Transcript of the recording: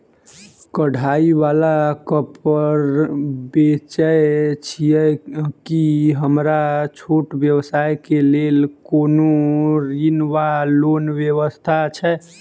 कढ़ाई वला कापड़ बेचै छीयै की हमरा छोट व्यवसाय केँ लेल कोनो ऋण वा लोन व्यवस्था छै?